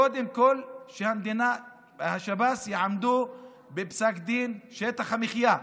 קודם כול שהמדינה ושהשב"ס יעמדו בפסק דין שטח המחיה.